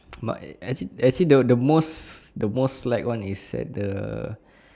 smart eh actually actually the the most the most slide one is at the